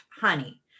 honey